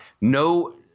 no –